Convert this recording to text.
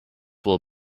will